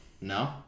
No